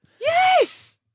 Yes